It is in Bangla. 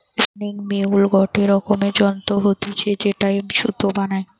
স্পিনিং মিউল গটে রকমের যন্ত্র হতিছে যেটায় সুতা বানায়